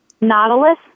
Nautilus